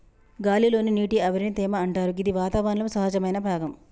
గాలి లోని నీటి ఆవిరిని తేమ అంటరు గిది వాతావరణంలో సహజమైన భాగం